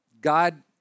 God